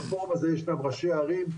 בפורום הזה ישנם ראשי ערים,